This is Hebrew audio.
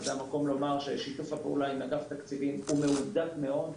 זה המקום לומר ששיתוף הפעולה עם אגף תקציבים הוא מהודק מאוד.